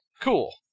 Cool